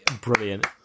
Brilliant